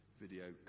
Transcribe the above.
video